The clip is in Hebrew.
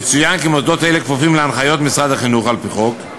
יצוין כ׳ מוסדות אלה כפופים להנחיות משרד החינוך על-פי חוק.